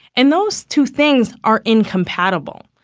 and those two things are incompatible.